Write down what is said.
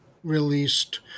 released